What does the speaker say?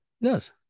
yes